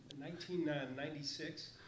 1996